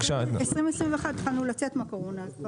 2021 התחלנו לצאת מהקורונה.